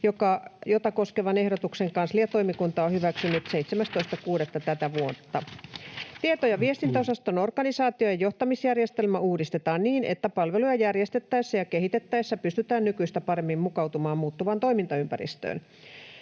jota koskevan ehdotuksen kansliatoimikunta on hyväksynyt 17.6. tätä vuotta. Tieto- ja viestintäosaston organisaation johtamisjärjestelmä uudistetaan niin, että palveluja järjestettäessä ja kehitettäessä pystytään nykyistä paremmin mukautumaan muuttuvaan toimintaympäristöön.